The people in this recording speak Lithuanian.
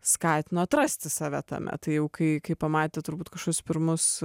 skatino atrasti save tame tai kai kai pamatė turbūt kažkokius pirmus